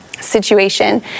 situation